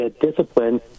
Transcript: discipline